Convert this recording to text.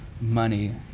money